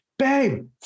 babe